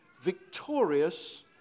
victorious